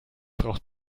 braucht